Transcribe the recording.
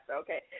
okay